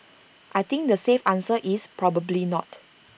I think the safe answer is probably not